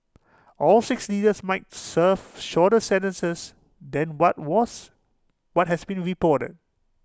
all six leaders might serve shorter sentences than what was what has been reported